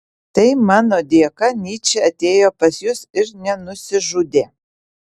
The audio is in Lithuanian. tai mano dėka nyčė atėjo pas jus ir nenusižudė